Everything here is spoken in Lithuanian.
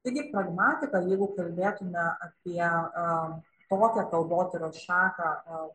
taigi pragmatika jeigu kalbėtume apie tokią kalbotyros šaką